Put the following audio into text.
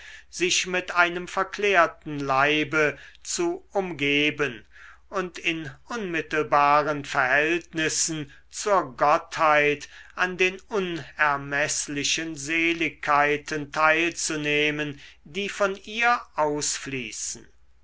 sich mit einem verklärten leibe zu umgeben um in unmittelbaren verhältnissen zur gottheit an den unermeßlichen seligkeiten teilzunehmen die von ihr ausfließen